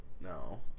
No